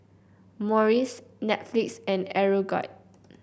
Morries Netflix and Aeroguard